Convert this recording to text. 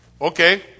Okay